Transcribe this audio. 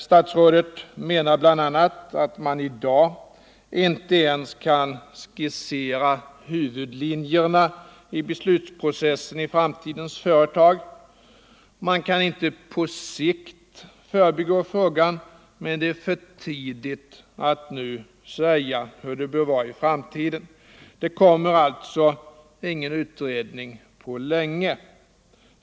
Statsrådet menar bl.a. att man i dag inte ens kan skissera huvudlinjerna i beslutsprocessen i framtidens företag. Man kan inte på sikt förbigå frågan, men det är för tidigt att nu säga hur det bör vara i framtiden. Det kommer alltså ingen utredning på länge.